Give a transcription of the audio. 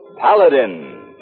Paladin